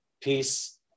Peace